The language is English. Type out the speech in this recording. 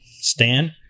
Stan